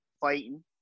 fighting